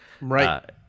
Right